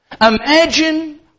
Imagine